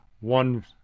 one